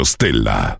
Stella